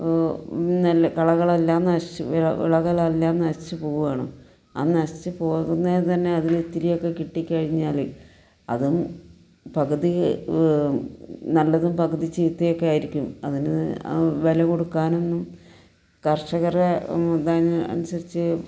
നെല്ല് കളകളെല്ലാം നശച്ചു വിളകളെല്ലാം നശിച്ചു പോവുക ആണ് ആ നശിച്ചു പോകുന്നത് തന്നെ അതിൽ ഇത്തിരിയൊക്കെ കിട്ടിക്കഴിഞ്ഞാൽ അതും പകുതി നല്ലതും പകുതി ചീത്തയൊക്കെ ആയിരിക്കും അതിന് വില കൊടുക്കാനൊന്നും കർഷകർ ഇത് അനുസരിച്ചു